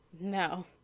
No